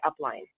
upline